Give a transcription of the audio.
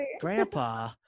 grandpa